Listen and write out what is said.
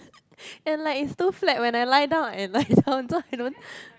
and like is too flat when I lie down and lie down so I don't